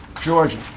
Georgia